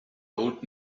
old